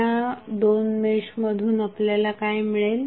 त्या 2 मेशमधून आपल्याला काय मिळेल